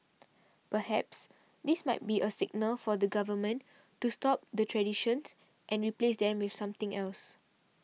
perhaps this might be a signal from the government to stop the traditions and replace them with something else